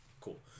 cool